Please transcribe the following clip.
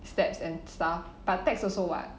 steps and stuff but tax also [what]